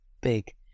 big